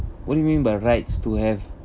what do you mean by rights to have